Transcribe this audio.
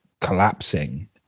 collapsing